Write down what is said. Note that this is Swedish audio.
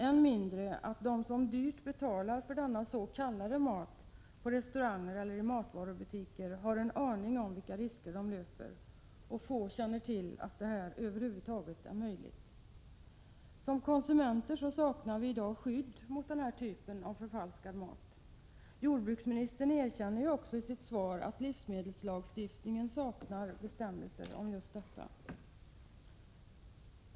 Än mindre har de som dyrt betalar för denna s.k. mat på restauranger eller i matvarubutiker en aning om vilka risker de löper, och få känner till att detta över huvud taget är möjligt. Som konsumenter saknar vi i dag skydd mot den här typen av förfalskad mat. Jordbruksministern erkänner i sitt svar att livsmedelslagstiftningen saknar bestämmelser om just detta.